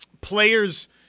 players